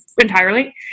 entirely